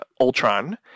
ultron